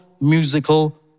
musical